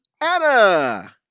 Anna